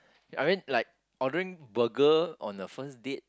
I mean like ordering burger on a first date